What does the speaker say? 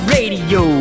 Radio